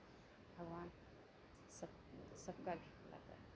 भगवान सब सबका